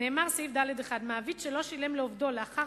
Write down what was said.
יבוא סעיף קטן (ד1): "מעביד שלא שילם לעובדו לאחר